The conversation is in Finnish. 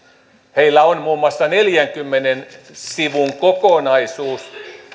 heillä on muun muassa neljänkymmenen sivun kokonaisuus